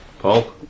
Paul